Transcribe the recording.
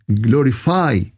glorify